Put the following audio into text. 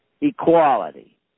Equality